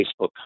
facebook